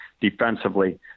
defensively